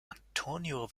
antonio